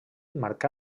marcà